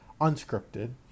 unscripted